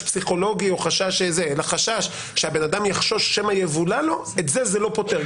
פסיכולוגי אלא חשש שהבן אדם יחשוש שמא יבולע לו את זה זה לא פותר.